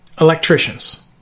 Electricians